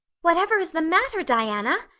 whatever is the matter, diana?